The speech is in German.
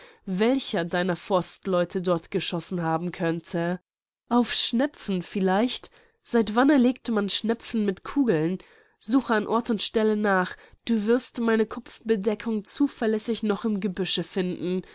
welcher deiner forstleute dort geschossen haben könnte auf schnepfen vielleicht seit wann erlegt man schnepfen mit kugeln suche an ort und stelle nach du wirst meine kopfbedeckung zuverlässig noch im gebüsche finden